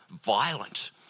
violent